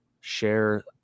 share